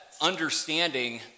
understanding